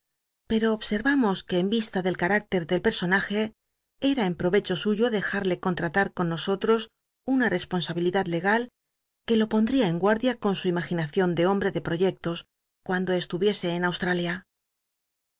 pero observamos que en visl a del canicter del personaje era en ptovecho suyo dejarle contratar con nosotros una responsabilidad legal que lo pondría en guardia con su imaginaciq de hombre de proyectos cuando esluyiese en australia